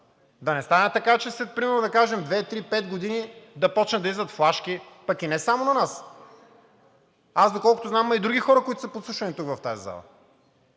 Да не стане така, че след примерно две, три, пет години да започнат да идват флашки, пък и не само на нас. Аз, доколкото знам, и други хора има, които са подслушвани, тук в тази зала.